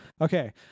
Okay